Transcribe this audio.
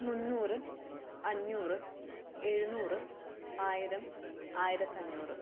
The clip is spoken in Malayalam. മുന്നൂറ് അഞ്ഞൂറ് എഴുനൂറ് ആയിരം ആയിരത്തഞ്ഞൂറ്